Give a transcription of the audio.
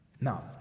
Now